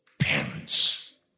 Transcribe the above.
parents